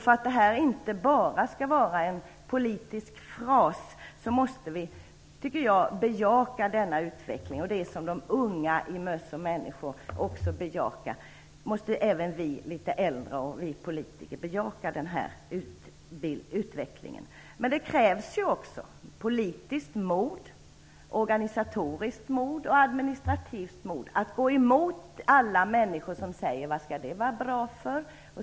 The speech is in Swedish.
För att detta inte bara skall vara en politisk fras måste vi bejaka denna utveckling. Det som bejakas av de unga som beskrivs i tidskriften Möss och människor måste också vi litet äldre och vi politiker bejaka. Men det krävs också politiskt mod, organisatoriskt mod och administrativt mod för att gå emot alla människor som säger: Vad skall det vara bra för?